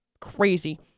crazy